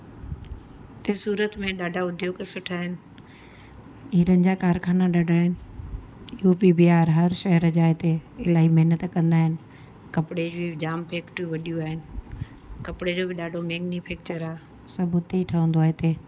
हिते सूरत में ॾाढा उद्योग सुठा आहिनि हीरनि जा कारखाना ॾाढा आहिनि यू पी बिहार हर शहर जा हिते इलाही महिनत कंदा आहिनि कपिड़े जी जाम फैक्टरियूं वॾियूं आहिनि कपिड़े जो बि ॾाढो मैनिफैक्चर आहे सभु हुते ई ठहंदो आहे हिते